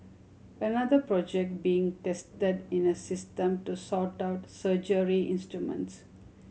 another project being tested is a system to sort out surgery instruments